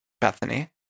Bethany